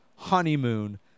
Honeymoon